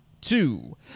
two